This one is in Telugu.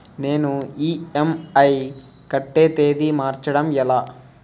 నేను ఇ.ఎం.ఐ కట్టే తేదీ మార్చడం ఎలా?